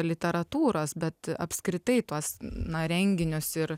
literatūros bet apskritai tuos na renginius ir